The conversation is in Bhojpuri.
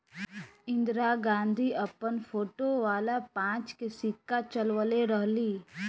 इंदिरा गांधी अपन फोटो वाला पांच के सिक्का चलवले रहली